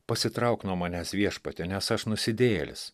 pasitrauk nuo manęs viešpatie nes aš nusidėjėlis